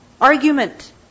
argument